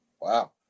wow